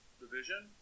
division